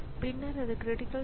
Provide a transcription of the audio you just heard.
எனவே அவை அனைத்தும் யூ